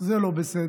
זה לא בסדר,